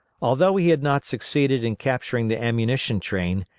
although he had not succeeded in capturing the ammunition train,